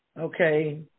Okay